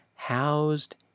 housed